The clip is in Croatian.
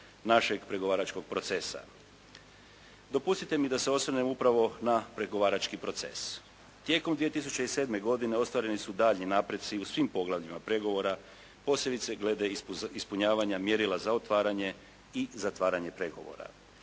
našeg pregovaračkog procesa. Dopustite mi da se osvrnem upravo na pregovarački proces. Tijekom 2007. godine ostvareni su daljnji napreci u svim poglavljima pregovora, posebice glede ispunjavanja mjerila za otvaranje i zatvaranje pregovora.